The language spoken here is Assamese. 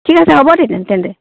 ঠিক আছে হ'ব তেন্তে